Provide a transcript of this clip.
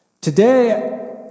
Today